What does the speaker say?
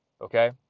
okay